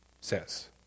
says